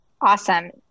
Awesome